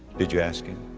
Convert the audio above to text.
did you ask him?